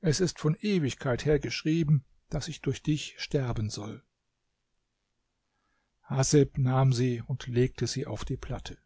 es ist von ewigkeit her geschrieben daß ich durch dich sterben soll haseb nahm sie und legte sie auf die platte